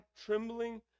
trembling